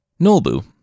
Nolbu